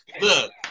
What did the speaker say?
look